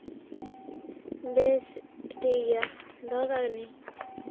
ᱵᱮᱥ ᱴᱷᱤᱠ ᱜᱮᱭᱟ ᱫᱚᱦᱚ ᱠᱟᱜ ᱠᱟᱹᱱᱤᱧ